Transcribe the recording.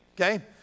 Okay